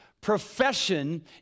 profession